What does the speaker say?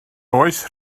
oes